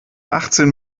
achtzehn